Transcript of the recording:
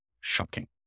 shocking